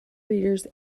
readers